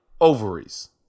ovaries